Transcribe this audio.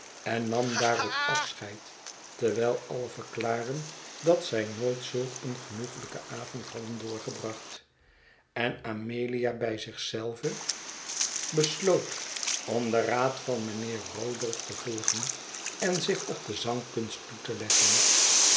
en nam daarop afscheid terwijl alien verklaarden dat zij nooit zulk een genoeglijken avond hadden doorgebracht en amelia bij zich zelve besloot be dansschool om den raad van mijnheer rodolph te volgen en zich op de zangkunst toe te leggen